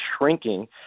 shrinking